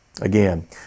again